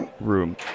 room